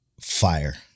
Fire